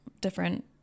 different